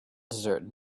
desert